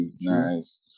nice